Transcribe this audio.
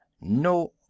no